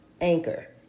anchor